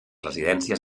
residències